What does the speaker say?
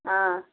ஆ